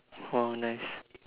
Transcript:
orh nice